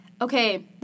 Okay